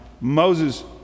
Moses